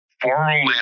formerly